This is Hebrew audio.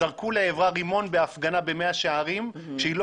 זרקו לעבר תינוקת רימון בהפגנה במאה שערים כשהיא בכלל